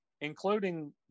including